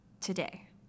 today